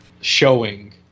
showing